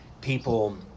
people